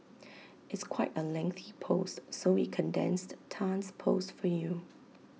it's quite A lengthy post so we condensed Tan's post for you